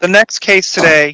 the next case today